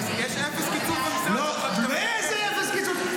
יש אפס קיצוץ במשרד --- איזה אפס קיצוץ?